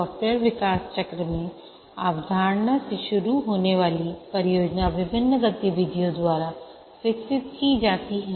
software विकास जीवन चक्र में अवधारणा से शुरू होने वाली परियोजना विभिन्न गतिविधियों द्वारा विकसित की जाती है